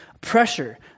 pressure